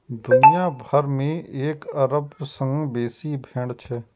दुनिया भरि मे एक अरब सं बेसी भेड़ छै